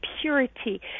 purity